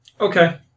Okay